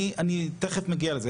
אני תיכף מגיע לזה.